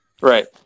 Right